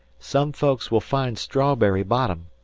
some folks will find strawberry-bottom,